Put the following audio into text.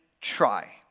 try